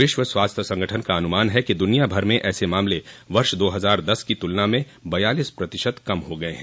विश्व स्वास्थ्य संगठन का अनुमान है कि दुनिया भर में ऐसे मामले वर्ष दो हजार दस की तुलना में बयालिस प्रतिशत कम हो गए हैं